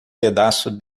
pedaço